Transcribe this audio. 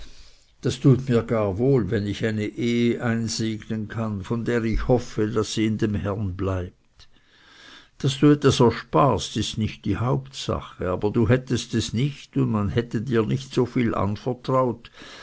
das tut mir gar wohl wenn ich eine ehe einsegnen kann von der ich hoffe daß sie in dem herren bleibt daß du etwas erspart ist nicht die hauptsache aber du hättest es nicht und man hätte dir nicht so viel anvertraut